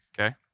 Okay